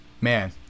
man